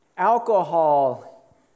Alcohol